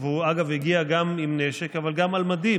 והוא אגב הגיע גם עם נשק אבל גם על מדים,